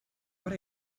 what